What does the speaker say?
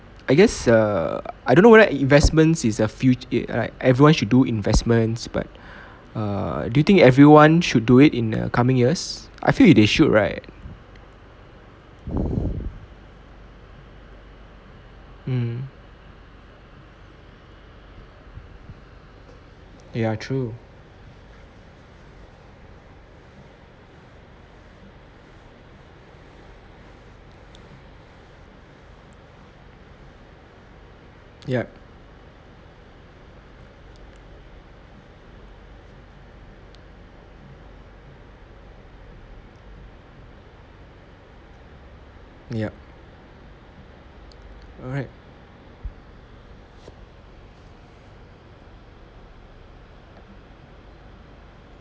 I guess err I don't know whether investments is a fut~ uh right everyone should do investments but err do you think everyone should do it in the coming years I feel they should right hmm ya true yup yup alright